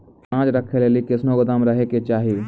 अनाज राखै लेली कैसनौ गोदाम रहै के चाही?